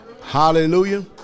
Hallelujah